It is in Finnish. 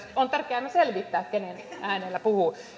on tärkeää aina selvittää kenen äänellä puhuu